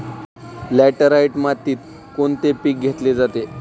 Laterite मातीत कोणते पीक घेतले जाते?